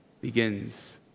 begins